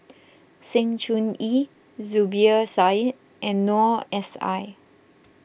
Sng Choon Yee Zubir Said and Noor S I